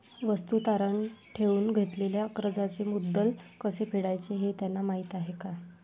वस्तू तारण ठेवून घेतलेल्या कर्जाचे मुद्दल कसे फेडायचे हे त्यांना माहीत आहे का?